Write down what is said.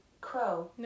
crow